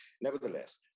Nevertheless